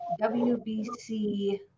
wbc